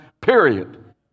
period